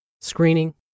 screening